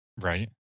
Right